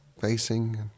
facing